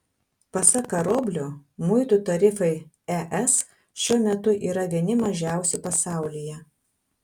pasak karoblio muitų tarifai es šiuo metu yra vieni mažiausių pasaulyje